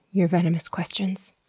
your venomous questions.